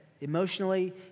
emotionally